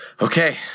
Okay